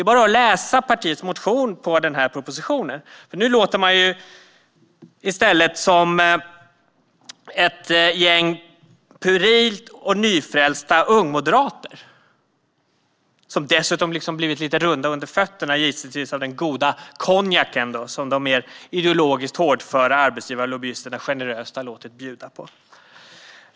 Man kan bara läsa partiets motion med anledning av denna proposition. Nu låter Sverigedemokraterna i stället som ett gäng puerila och nyfrälsta ungmoderater, som dessutom blivit lite runda under fötterna, gissningsvis av den goda konjak som de mer ideologiskt hårdföra arbetsgivarlobbyisterna generöst har låtit bjuda på.